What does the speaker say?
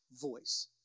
voice